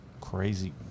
crazy